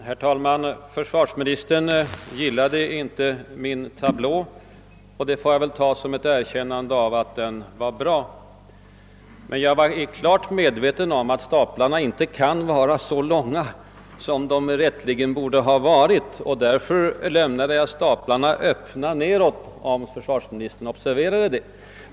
Herr talman! Försvarsministern gillade inte min tablå, och det får jag väl ta som ett erkännande av att den var bra. Men jag är klart medveten om att staplarna i den inte var så långa, som de rätteligen borde ha varit. Därför lämnade jag dem öppna nedåt, vilket kanske försvarsministern observerade.